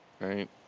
right